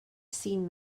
seen